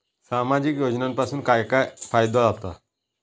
सामाजिक योजनांपासून काय फायदो जाता?